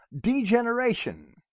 degeneration